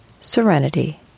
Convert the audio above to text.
serenity